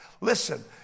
Listen